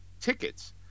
tickets